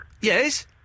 Yes